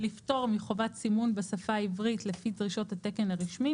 לפטור מחובת סימון בשפה העברית לפי דרישות התקן הרשמי,